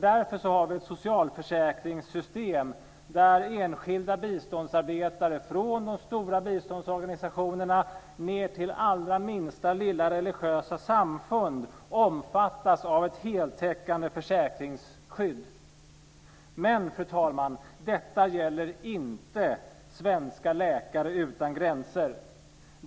Därför har vi ett socialförsäkringssystem där enskilda biståndsarbetare från de stora biståndsorganisationerna till det allra minsta religiösa samfund omfattas av ett heltäckande försäkringsskydd. Men, fru talman, detta gäller inte svenska Läkare utan gränser.